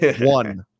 one